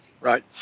Right